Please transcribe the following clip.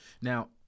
Now